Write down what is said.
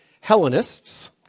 Hellenists